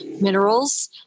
minerals